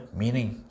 meaning